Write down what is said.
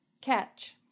Catch